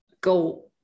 go